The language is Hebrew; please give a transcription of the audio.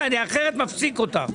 אחרת אני מפסיק אותך.